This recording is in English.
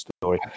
story